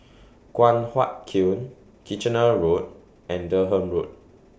Guan Huat Kiln Kitchener Road and Durham Road